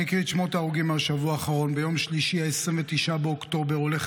אני אגיד את שמות ההרוגים מהשבוע האחרון: ביום שלישי 29 באוקטובר הולך